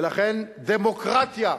ולכן דמוקרטיה,